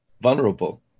vulnerable